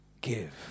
give